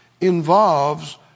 involves